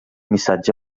missatge